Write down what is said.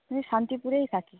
আমি শান্তিপুরেই থাকি